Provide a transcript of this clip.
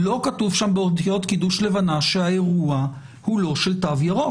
לא כתוב שם באותיות קידוש לבנה שהאירוע הוא לא של תו ירוק.